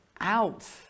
out